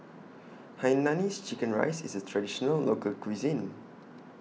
Hainanese Chicken Rice IS A Traditional Local Cuisine